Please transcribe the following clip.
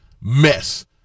mess